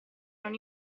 non